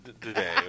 today